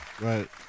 Right